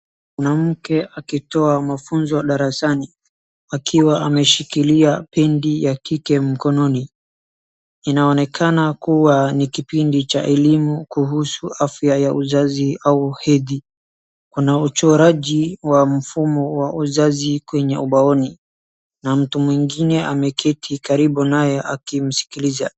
Mwanamke akitoa mafunzo darasani akiwa ameshikilia pedi ya kike mkononi. Inaonekana kuwa ni kipindi cha elimu kuhusu afya ya uzazi au hedhi. Kuna uchoraji wa mfumo wa uzazi kwenye ubaoni na mtu mwingine ameketi karibu naye akimsikiliza.